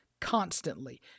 constantly